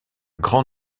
grand